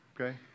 okay